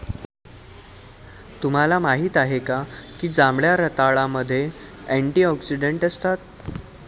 तुम्हाला माहित आहे का की जांभळ्या रताळ्यामध्ये अँटिऑक्सिडेंट असतात?